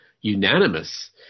unanimous